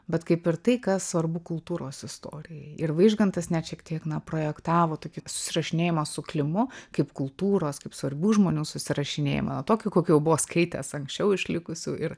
bet kaip ir tai kas svarbu kultūros istorijai ir vaižgantas net šiek tiek na projektavo tokį susirašinėjimą su klimu kaip kultūros kaip svarbių žmonių susirašinėjimą tokiu kokiu jau buvo skaitęs anksčiau išlikusių ir